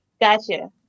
Gotcha